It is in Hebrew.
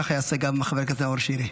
ככה יעשה גם חבר הכנסת נאור שירי.